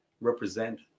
represent